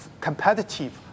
competitive